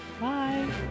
bye